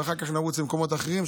ואחר כך נרוץ למקומות אחרים.